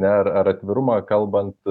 na ar atvirumą kalbant